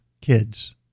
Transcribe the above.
kids